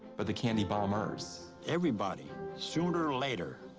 but the candy bombers. everybody, sooner or later,